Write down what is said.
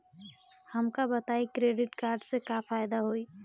हमका बताई credit card से का फायदा होई?